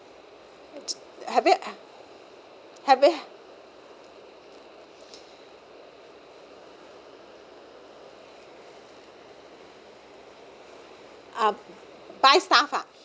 have you have you um buy stuff ah